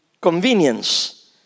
Convenience